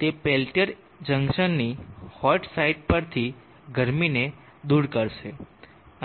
તે પેલ્ટીયર જંકશનની hot side પરથી ગરમીને દૂર કરશે